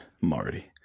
Marty